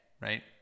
right